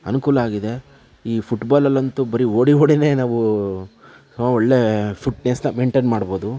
ಅನುಕೂಲ ಆಗಿದೆ ಈ ಫುಟ್ಬಾಲಲ್ಲಂತೂ ಬರೀ ಓಡಿ ಓಡಿನೇ ನಾವು ನಾವೊಳ್ಳೆ ಫಿಟ್ನೆಸ್ನ ಮೈನ್ಟೈನ್ ಮಾಡ್ಬೋದು